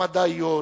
המדעיות,